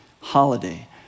holiday